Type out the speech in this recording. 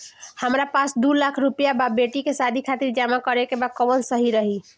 हमरा पास दू लाख रुपया बा बेटी के शादी खातिर जमा करे के बा कवन सही रही?